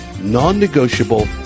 non-negotiable